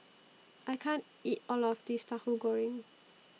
I can't eat All of This Tahu Goreng